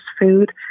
food